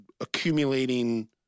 accumulating